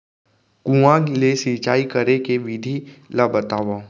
कुआं ले सिंचाई करे के विधि ला बतावव?